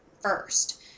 first